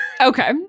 Okay